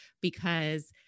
because-